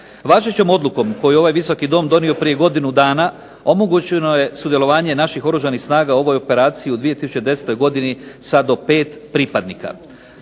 Važećom odlukom koju je ovaj Visoki dom donio prije godinu dana omogućeno je sudjelovanje naših Oružanih snaga u ovoj operaciji u 2010. godini sa do pet pripadnika.